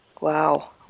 Wow